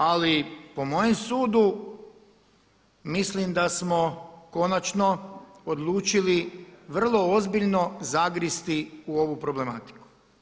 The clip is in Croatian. Ali po mojem sudu mislim da smo konačno odlučili vrlo ozbiljno zagristi u ovu problematiku.